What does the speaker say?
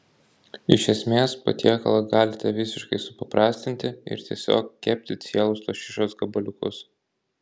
iš esmės patiekalą galite visiškai supaprastinti ir tiesiog kepti cielus lašišos gabaliukus